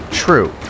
True